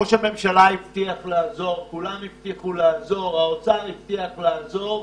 ראש הממשלה הבטיח לעזור, האוצר הבטיח לעזור,